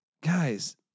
Guys